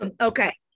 Okay